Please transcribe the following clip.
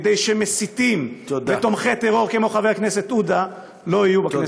כדי שמסיתים ותומכי טרור כמו חבר הכנסת עודה לא יהיו בכנסת הבאה.